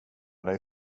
dig